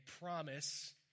promise